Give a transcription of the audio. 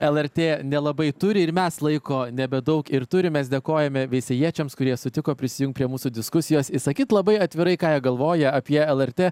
lrt nelabai turi ir mes laiko nebedaug ir turime dėkojame veisiejiečiams kurie sutiko prisijungt prie mūsų diskusijos išsakyti labai atvirai ką jie galvoja apie lrt